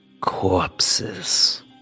Corpses